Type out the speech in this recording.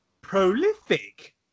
prolific